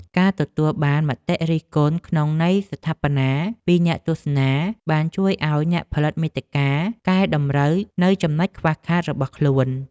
ការទទួលបានមតិរិះគន់ក្នុងន័យស្ថាបនាពីអ្នកទស្សនាបានជួយឱ្យអ្នកផលិតមាតិកាកែតម្រូវនូវចំណុចខ្វះខាតរបស់ខ្លួន។